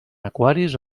aquaris